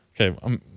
Okay